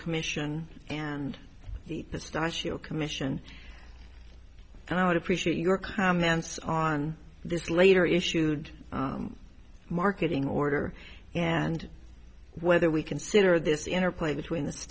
commission and this national commission and i would appreciate your comments on this later issued marketing order and whether we consider this interplay between th